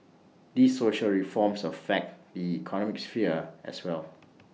these social reforms affect the economic sphere as well